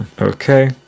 Okay